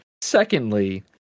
Secondly